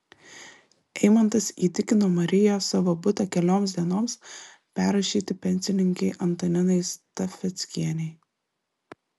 eimantas įtikino mariją savo butą kelioms dienoms perrašyti pensininkei antaninai stafeckienei